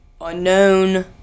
unknown